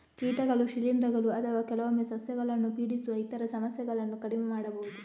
ಕೀಟಗಳು, ಶಿಲೀಂಧ್ರಗಳು ಅಥವಾ ಕೆಲವೊಮ್ಮೆ ಸಸ್ಯಗಳನ್ನು ಪೀಡಿಸುವ ಇತರ ಸಮಸ್ಯೆಗಳನ್ನು ಕಡಿಮೆ ಮಾಡಬಹುದು